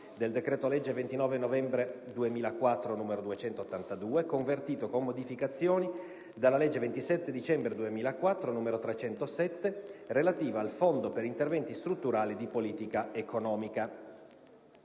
del decreto-legge 29 novembre 2004, n. 282, convertito, con modificazioni, dalla legge 27 dicembre 2004, n. 307, relativa al Fondo per interventi strutturali di politica economica.";